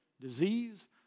disease